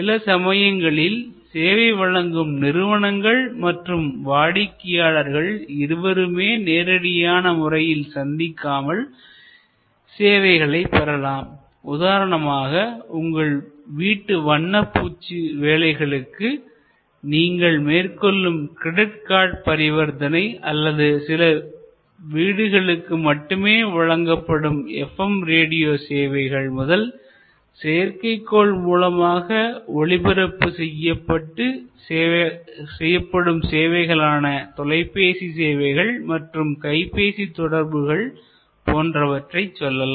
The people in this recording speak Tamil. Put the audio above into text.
சிலசமயங்களில் சேவை வழங்கும் நிறுவனங்கள் மற்றும் வாடிக்கையாளர்கள் இருவருமே நேரடியான முறையில் சந்திக்காமல் சேவைகளை பெறலாம் உதாரணமாக உங்கள் வீட்டு வண்ணப்பூச்சு வேலைகளுக்கு நீங்கள் மேற்கொள்ளும் கிரெடிட் கார்டு பரிவர்த்தனை அல்லது சில வீடுகளுக்கு மட்டுமே வழங்கப்படும் எப்எம் ரேடியோ சேவைகள் முதல் செயற்கைக்கோள் மூலமாக ஒளிபரப்பு செய்யப்படும் சேவைகளான தொலைபேசி சேவைகள் மற்றும் கைப்பேசி தொடர்புகள் போன்றவற்றைச் சொல்லலாம்